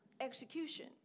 execution